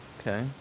Okay